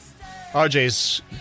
RJ's